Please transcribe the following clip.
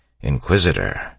Inquisitor